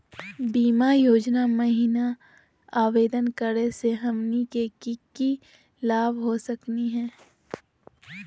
बीमा योजना महिना आवेदन करै स हमनी के की की लाभ हो सकनी हे?